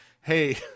hey